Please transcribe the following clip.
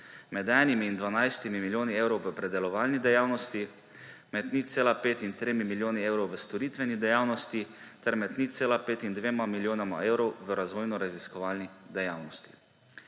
med 1 in 12 milijoni evrov v predelovalni dejavnosti, med 0,5 in 3 milijoni evrov v storitveni dejavnosti ter med 0,5 in 2 milijonoma evrov v razvojno-raziskovalni dejavnosti.